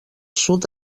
sud